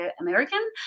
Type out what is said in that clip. American